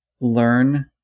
learn